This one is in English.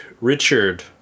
Richard